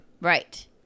right